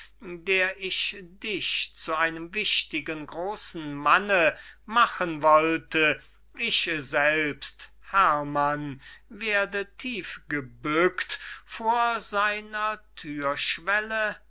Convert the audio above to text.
der ich dich zu einem wichtigen grosen manne machen wollte ich selbst herrmann werde tiefgebückt vor seiner